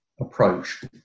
approach